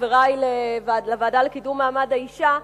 חברי לוועדה לקידום מעמד האשה,